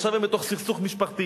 עכשיו הם בתוך סכסוך משפחתי.